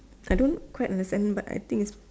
I don't quite understand but I think